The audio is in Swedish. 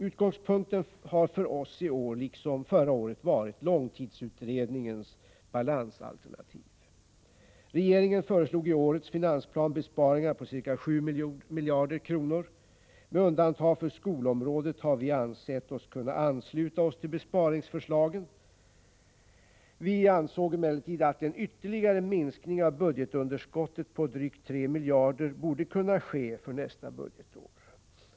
Utgångspunkten har för oss i år liksom förra året varit långtidsutredningens balansalternativ. Regeringen föreslog i årets finansplan besparingar på ca 7 miljarder kronor. Med undantag för skolområdet har vi ansett oss kunna ansluta oss till besparingsförslagen. Vi ansåg emellertid att en ytterligare minskning av budgetunderskottet på drygt 3 miljarder borde kunna ske för nästa budgetår.